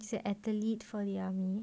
you said athlete for the army